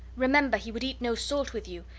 remember, he would eat no salt with you,